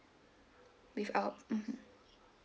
with our mmhmm